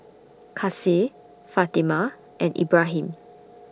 Kasih Fatimah and Ibrahim